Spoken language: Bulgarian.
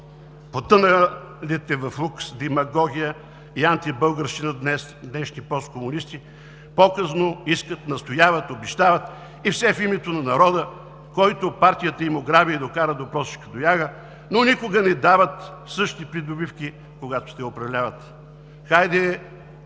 Потъналите в лукс, демагогия и антибългарщина днес днешни посткомунисти показно искат, настояват, обещават и все „в името на народа“, който партията им ограби и докара до просешка тояга, но никога не дават същите придобивки, когато те управляват.